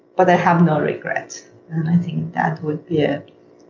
but i have no regret. and i think that would yeah